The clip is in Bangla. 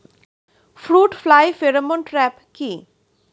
ফ্রুট ফ্লাই ফেরোমন ট্র্যাপ কি?